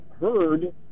heard